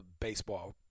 baseball